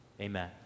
Amen